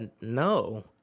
No